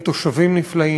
עיר עם תושבים נפלאים,